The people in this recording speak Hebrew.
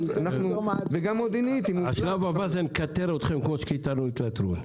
השלב הבא זה לכתר אתכם כמו שכיתרנו את לטרון.